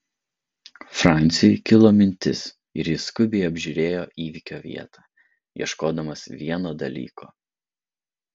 franciui kilo mintis ir jis skubiai apžiūrėjo įvykio vietą ieškodamas vieno dalyko